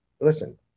Listen